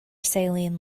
saline